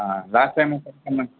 ah last time